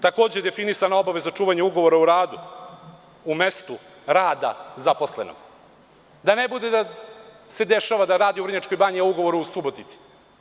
Takođe, definisana obaveza čuvanja ugovora o radu, u mestu rada zaposlenog, da ne bude da se dešava da radi u Vrnjačkoj Banji, a ugovor je u Subotici.